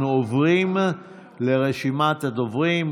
אנחנו עוברים לרשימת הדוברים.